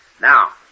Now